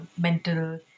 mental